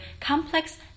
complex